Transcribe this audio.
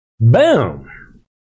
Boom